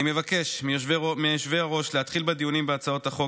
אני מבקש מיושבי-הראש להתחיל בדיונים בהצעות החוק